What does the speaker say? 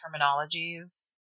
terminologies